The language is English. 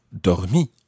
dormi